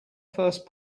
first